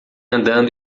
andando